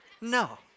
No